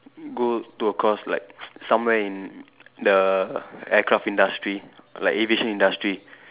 go to a course like somewhere in the aircraft industry like aviation industry